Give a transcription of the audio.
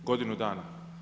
Godinu dana.